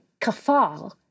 kafal